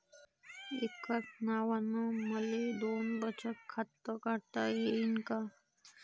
एकाच नावानं मले दोन बचत खातं काढता येईन का?